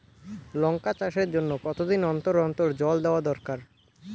লঙ্কা চাষের জন্যে কতদিন অন্তর অন্তর জল দেওয়া দরকার?